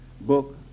book